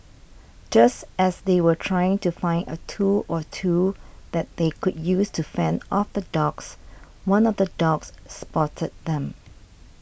just as they were trying to find a tool or two that they could use to fend off the dogs one of the dogs spotted them